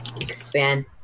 expand